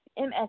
MS